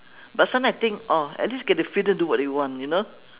but sometimes I think orh at least get the freedom to do what they want you know